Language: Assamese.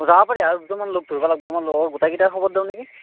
যাব পাৰি আৰু দুজনমান লগ ধৰিব লাগিব আমাৰ লগৰ গোটেইকেইটাক খবৰ দিওঁ নেকি